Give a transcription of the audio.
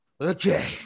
Okay